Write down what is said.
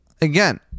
Again